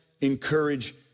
encourage